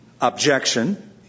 objection